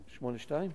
1082?